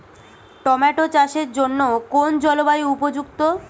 Tomato চাষের জন্য কোন জলবায়ু উপযুক্ত?